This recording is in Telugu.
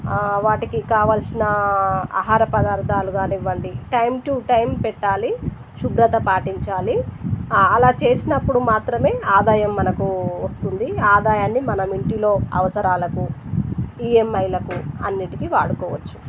వాటికి కావాల్సిన ఆహార పదార్థాలు కానివ్వండి టైం టు టైం పెట్టాలి శుభ్రత పాటించాలి అలా చేసినప్పుడు మాత్రమే ఆదాయం మనకు వస్తుంది ఆదాయాన్ని మనం ఇంటిలో అవసరాలకు ఈఎంఐలకు అన్నింటికి వాడుకోవచ్చు